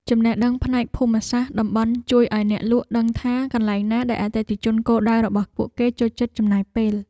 ចំណេះដឹងផ្នែកភូមិសាស្ត្រក្នុងតំបន់ជួយឱ្យអ្នកលក់ដឹងថា កន្លែងណាដែលអតិថិជនគោលដៅរបស់ពួកគេចូលចិត្តចំណាយពេល។